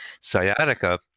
sciatica